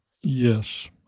Yes